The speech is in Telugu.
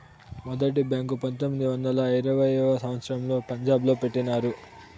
మొదటి బ్యాంకు పంతొమ్మిది వందల ఇరవైయవ సంవచ్చరంలో పంజాబ్ లో పెట్టినారు